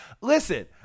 Listen